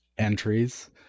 entries